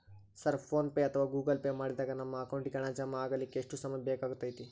Sir PhonePe ಅಥವಾ Google Pay ಮಾಡಿದಾಗ ನಮ್ಮ ಅಕೌಂಟಿಗೆ ಹಣ ಜಮಾ ಆಗಲಿಕ್ಕೆ ಎಷ್ಟು ಸಮಯ ಬೇಕಾಗತೈತಿ?